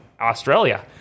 australia